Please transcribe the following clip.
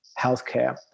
healthcare